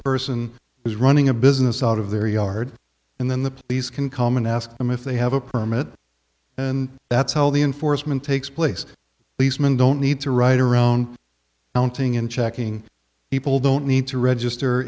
person who's running a business out of their yard and then the police can come and ask them if they have a permit and that's how the enforcement takes place these men don't need to ride around town thing in checking people don't need to register